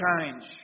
change